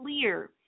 clear